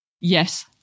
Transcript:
Yes